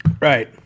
Right